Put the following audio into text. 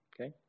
Okay